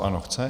Ano, chce.